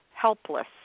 helpless